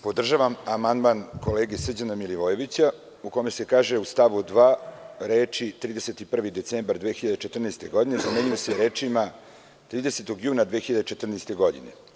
Podržavam amandman kolege Srđana Milivojevića u kome se kaže u stavu 2. reči „31. decembar 2014. godine“ zamenjuju se rečima: „30. juna 2014. godine“